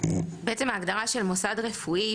ההגדרה של מוסד רפואי,